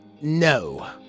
No